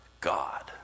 God